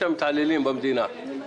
בחודש מרץ עבר --- מי שילם למאבטחים?